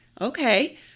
Okay